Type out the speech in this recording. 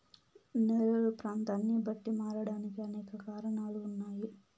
నేలలు ప్రాంతాన్ని బట్టి మారడానికి అనేక కారణాలు ఉన్నాయి